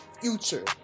future